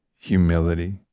humility